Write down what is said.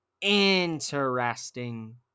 Interesting